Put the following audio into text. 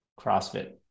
CrossFit